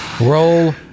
Roll